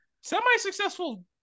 Semi-successful